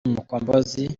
mukombozi